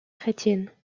chrétienne